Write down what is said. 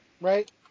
Right